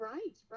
Right